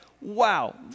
Wow